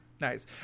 Nice